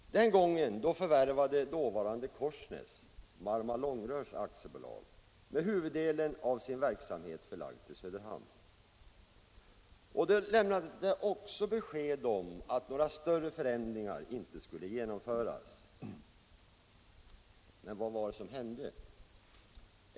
Den gången förvärvade dåvarande Korsnäs Marma-Långrör, som hade huvuddelen av sin verksamhet förlagd till Söderhamn. Då lämnades också besked om att några större förändringar inte skulle genomföras — men vad var det som hände?